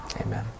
Amen